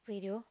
radio